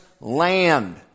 land